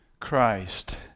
Christ